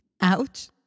Ouch